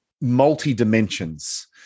multi-dimensions